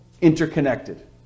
interconnected